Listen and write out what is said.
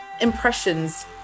impressions